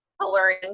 coloring